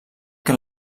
que